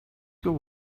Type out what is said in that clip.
your